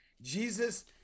Jesus